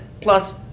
plus